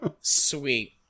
sweet